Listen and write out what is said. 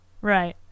Right